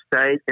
state